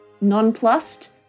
nonplussed